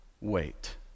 wait